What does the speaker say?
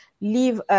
leave